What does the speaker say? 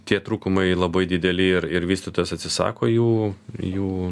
tie trūkumai labai dideli ir ir vystytojas atsisako jų jų